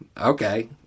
okay